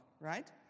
right